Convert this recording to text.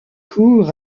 cours